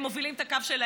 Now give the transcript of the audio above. הם מובילים את הקו שלהם,